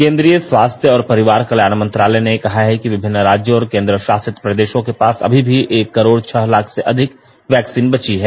केन्द्रीय स्वास्थ्य और परिवार कल्याण मंत्रालय ने कहा है कि विभिन्न राज्यों और केन्द्रशासित प्रदेशों के पास अभी भी एक करोड छह लाख से अधिक वैक्सीन बची हैं